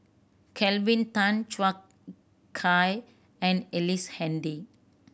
Kelvin Tan Chua Kay and Ellice Handy